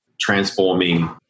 transforming